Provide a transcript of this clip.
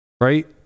Right